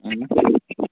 اَہَن